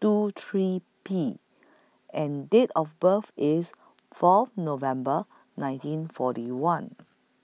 two three P and Date of birth IS Fourth November nineteen forty one